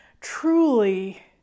truly